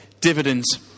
dividends